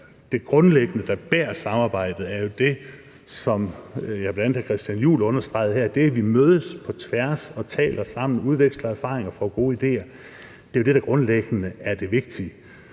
der grundlæggende bærer samarbejdet, jo er, som blandt andre hr. Christian Juhl understregede, at vi mødes på tværs og taler sammen og udveksler erfaringer og får gode idéer. Det er jo det, der grundlæggende er det vigtige.